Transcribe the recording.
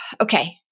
okay